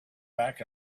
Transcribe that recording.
back